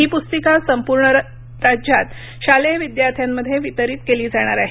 ही पुस्तिका संपूर्ण राज्यात शालेय विद्यार्थ्यांमध्ये वितरित केली जाणार आहे